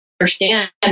understand